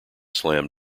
slam